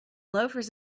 loafers